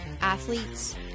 athletes